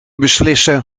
beslissen